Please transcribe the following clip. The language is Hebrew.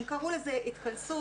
הם קראו לזה התכנסות,